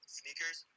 sneakers